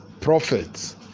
Prophets